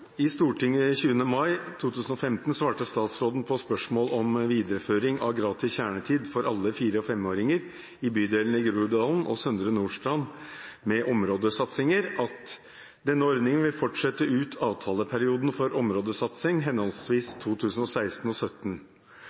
i bydelene i Groruddalen og Søndre Nordstrand med områdesatsinger: «Denne ordningen vil fortsette ut avtaleperioden for områdesatsingen, henholdsvis 2016 og